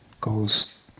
goes